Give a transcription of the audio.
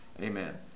Amen